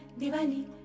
Diwali